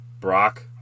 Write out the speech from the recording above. Brock